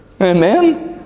Amen